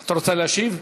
את רוצה להשיב?